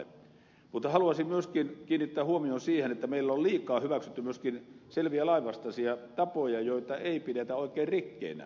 mutta haluaisin myöskin kiinnittää huomion siihen että meillä on liikaa hyväksytty myöskin selviä lainvastaisia tapoja joita ei pidetä oikein rikkeinä